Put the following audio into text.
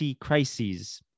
crises